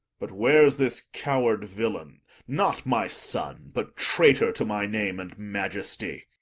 but where's this coward villain, not my son, but traitor to my name and majesty?